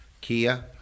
Kia